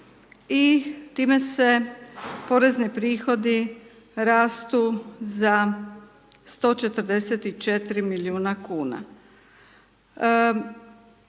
i time se porezni prihodi rastu za 144 milijuna kuna.